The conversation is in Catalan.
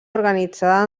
organitzada